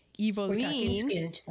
Eveline